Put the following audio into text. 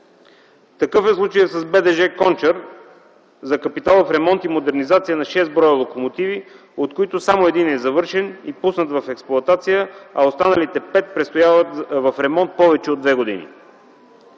Такъв е случаят с „БДЖ – Кончар” за капиталов ремонт и модернизация на шест броя локомотиви, от които само един е завършен и пуснат в експлоатация, а останалите пет престояват в ремонт повече от две години.